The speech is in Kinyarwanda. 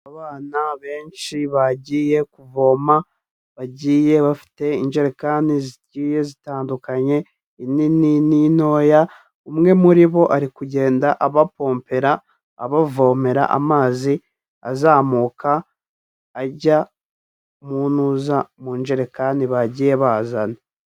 Abana benshi bagiye kuvoma, bagiye bafite injekani zigiye zitandukanye inini n'intoya, umwe muri bo ari kugenda abapompera abavomera amazi azamuka ajya mu ntuza mu njerekani bagiye bazana.